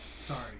Sorry